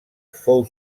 fou